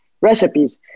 recipes